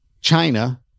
China